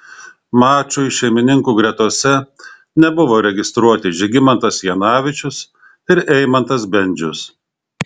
mačui šeimininkų gretose nebuvo registruoti žygimantas janavičius ir eimantas bendžius